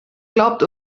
glaubt